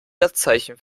satzzeichen